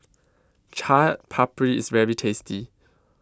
Chaat Papri IS very tasty